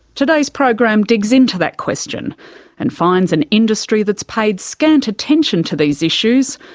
today's program digs into that question and finds an industry that's paid scant attention to these issues,